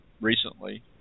recently